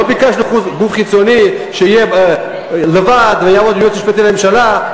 לא ביקשנו גוף חיצוני שיהיה לבד או יעבוד עם היועץ המשפטי לממשלה.